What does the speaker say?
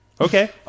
Okay